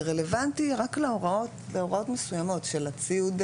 רלוונטי רק להוראות מסוימות של הציוד,